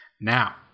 Now